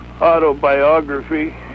autobiography